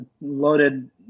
loaded